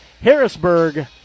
Harrisburg